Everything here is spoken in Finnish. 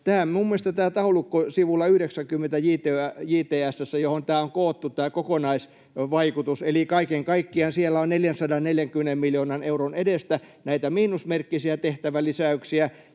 JTS:ssä tässä taulukossa sivulla 90, johon on koottu tämä kokonaisvaikutus, on kaiken kaikkiaan 440 miljoonan euron edestä näitä miinusmerkkisiä tehtävälisäyksiä